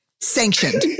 sanctioned